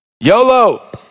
YOLO